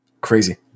crazy